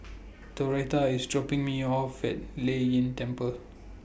Doretha IS dropping Me off At Lei Yin Temple